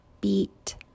beat